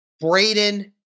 Braden